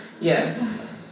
Yes